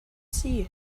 sea